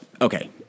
okay